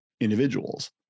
individuals